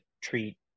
treat